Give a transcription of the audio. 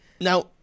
Now